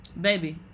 Baby